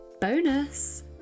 Bonus